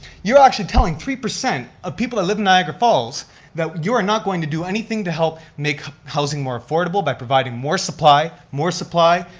you're actually telling three percent of people that live in niagara falls that you're not going to do anything to help make housing more affordable, by providing more supply, more supply,